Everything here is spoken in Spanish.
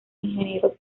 ingeniero